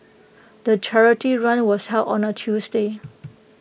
the charity run was held on A Tuesday